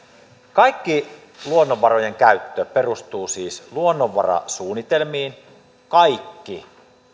kaikki luonnonvarojen käyttö perustuu luonnonvarasuunnitelmiin kaikki